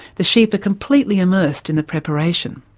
the sheep are completely immersed in the preparation.